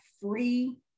free